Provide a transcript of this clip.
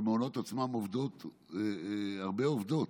במעונות עצמם עובדות הרבה עובדות,